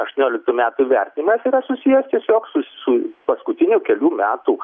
aštuonioliktų metų vertinimas yra susijęs tiesiog su su paskutinių kelių metų